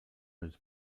was